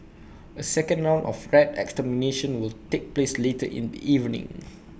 A second round of rat extermination will take place later in the evening